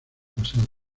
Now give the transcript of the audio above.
pasado